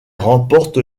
remporte